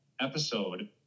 episode